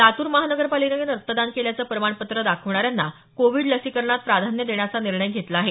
लातूर महानगरपालिकेनं रक्तदान केल्याचं प्रमाणपत्र दाखवणाऱ्यांना कोविड लसीकरणात प्राधान्य देण्याचा निर्णय घेतला आहे